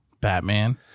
Batman